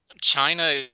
China